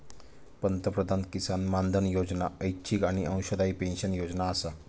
पंतप्रधान किसान मानधन योजना ऐच्छिक आणि अंशदायी पेन्शन योजना आसा